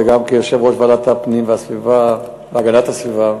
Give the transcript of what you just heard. וגם כיושב-ראש ועדת הפנים והגנת הסביבה,